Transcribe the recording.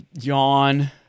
yawn